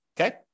Okay